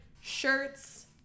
shirts